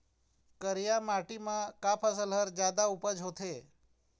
करिया माटी म का फसल हर जादा उपज होथे ही?